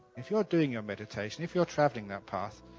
if you're doing your meditation, if you're travelling that path,